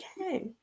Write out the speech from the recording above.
Okay